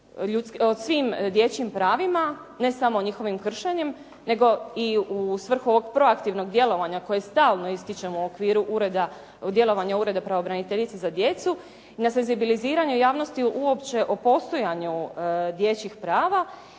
o svim dječjim pravima, ne samo njihovim kršenjem, nego i u svrhu ovog proaktivnog djelovanja koje stalno ističemo u okviru djelovanja ureda pravobraniteljice za djecu, na senzibiliziranju javnosti uopće o postojanju dječjih prava.